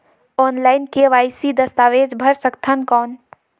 Online KYC दस्तावेज भर सकथन कौन?